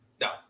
no